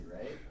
right